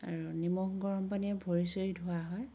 আৰু নিমখ গৰম পানীৰে ভৰি চৰি ধোৱা হয়